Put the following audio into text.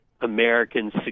Americans